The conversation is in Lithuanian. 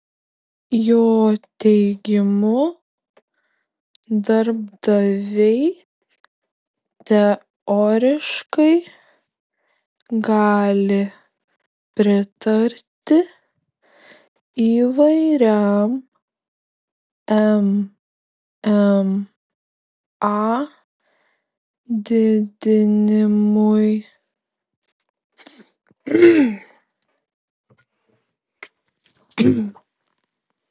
jo teigimu darbdaviai teoriškai gali pritarti įvairiam mma didinimui